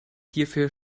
hierfür